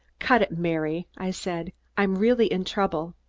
cut it, mary! i said. i'm really in trouble.